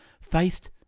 faced